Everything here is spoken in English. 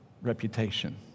reputation